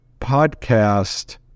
podcast